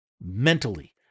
mentally